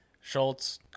Schultz